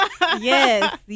yes